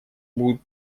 будут